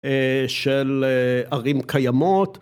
של ערים קיימות